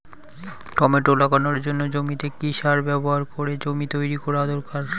Tomato লাগানোর জন্য জমিতে কি সার ব্যবহার করে জমি তৈরি করা দরকার?